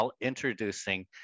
introducing